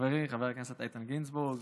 חברי חבר הכנסת איתן גינזבורג,